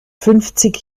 fünfzig